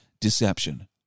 deception